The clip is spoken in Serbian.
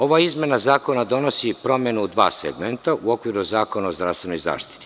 Ova izmena zakona donosi promenu dva segmenta u okviru zakona o zdravstvenoj zaštiti.